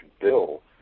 bill